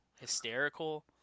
hysterical